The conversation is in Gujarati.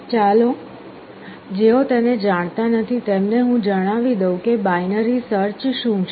ચાલો જેઓ તેને જાણતા નથી તેમને હું જણાવી દઉ કે બાઈનરી સર્ચ શું છે